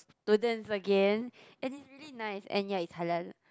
students again and it's really nice and ya it's halal